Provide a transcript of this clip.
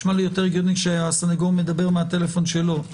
נשמע לי יותר הגיוני שהאסיר מדבר מהטלפון שלו.